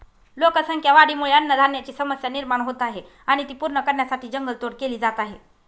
लोकसंख्या वाढीमुळे अन्नधान्याची समस्या निर्माण होत आहे आणि ती पूर्ण करण्यासाठी जंगल तोड केली जात आहे